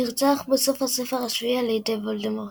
נרצח בסוף הספר השביעי על ידי וולדמורט.